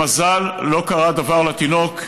במזל לא קרה דבר לתינוק.